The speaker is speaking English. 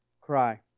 cry